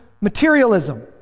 materialism